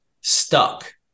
stuck